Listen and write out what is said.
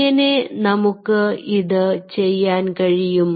എങ്ങനെ നമുക്ക് ഇത് ചെയ്യാൻ കഴിയും